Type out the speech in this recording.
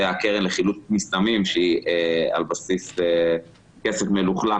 והקרן לחילוט מסמים שהיא על בסיס כסף מלוכלך